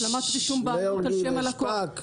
השלמת רישום בעלות על שם הלקוח.